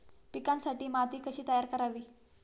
पिकांसाठी माती कशी तयार करावी?